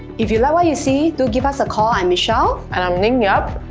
if you like what you see, do give us a call i'm michelle and i'm ning yap.